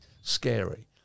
scary